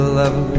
love